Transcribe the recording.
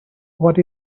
what